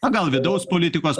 na gal vidaus politikos